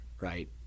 right